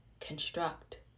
construct